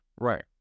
Right